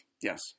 Yes